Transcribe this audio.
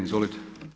Izvolite.